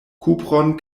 kupron